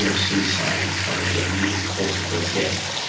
you know suicide is one of the leading causes of death,